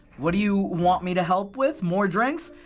what do you want me to help with? more drinks?